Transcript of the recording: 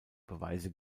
beweise